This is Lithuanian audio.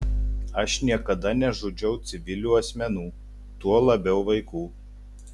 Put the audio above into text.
aš niekada nežudžiau civilių asmenų tuo labiau vaikų